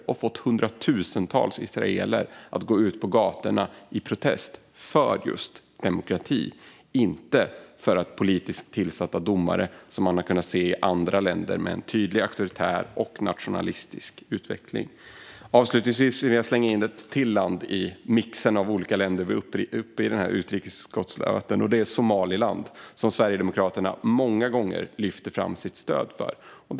Det har fått hundratusentals israeler att gå ut på gatorna i protest för just demokrati - inte för politiskt tillsatta domare, som man har kunnat se i andra länder med en tydligt auktoritär och nationalistisk utveckling. Avslutningsvis hinner jag slänga in ett till land i mixen av olika länder som vi har uppe i denna utrikesutskottsdebatt, och det är Somaliland. Sverigedemokraterna har många gånger lyft fram sitt stöd för Somaliland.